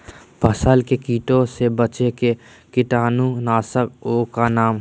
फसल में कीटों से बचे के कीटाणु नाशक ओं का नाम?